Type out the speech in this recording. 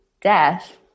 death